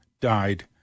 died